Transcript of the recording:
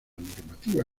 normativa